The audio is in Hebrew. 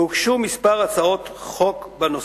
והוגשו כמה הצעות חוק בנושא.